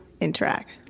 Interact